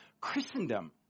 Christendom